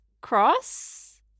cross